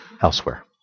elsewhere